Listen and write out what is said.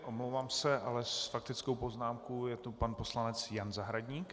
Omlouvám se , ale s faktickou poznámkou je tu pan poslanec Jan Zahradník.